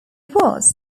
was